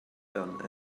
done